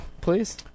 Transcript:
Please